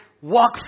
Walk